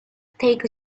take